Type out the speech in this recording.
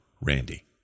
Randy